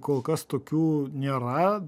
kol kas tokių nėra